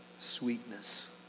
sweetness